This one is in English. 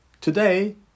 today